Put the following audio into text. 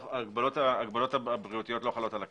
ההגבלות הבריאותיות לא חלות על הכנסת.